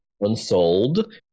Unsold